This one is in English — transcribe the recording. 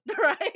right